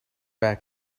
back